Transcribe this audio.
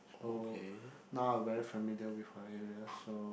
so now I very familiar with her area so